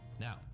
now